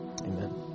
amen